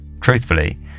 Truthfully